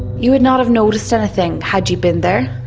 you would not have noticed anything, had you been there.